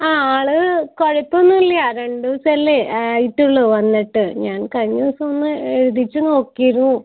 ആ ആൾ കുഴപ്പമൊന്നും ഇല്ല രണ്ട് ദിവസം അല്ലേ ആയിട്ടുള്ളൂ വന്നിട്ട് ഞാൻ കഴിഞ്ഞ ദിവസം ഒന്ന് എഴുതിച്ച് നോക്കിയിരുന്നു